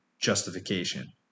justification